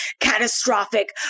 catastrophic